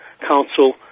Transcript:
council